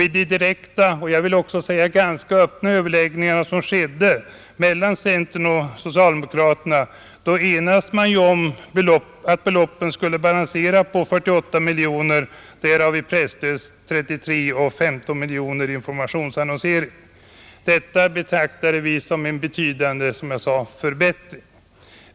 Vid de direkta och jag vill också säga ganska öppna överläggningarna mellan centern och socialdemokraterna enades man ju om att beloppet skulle balansera på 48 miljoner kronor varav presstöd 33 miljoner kronor och informationsannonsering 15 miljoner kronor. Detta betraktade vi, som jag sade, som en betydande förbättring.